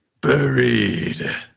Buried